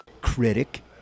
critic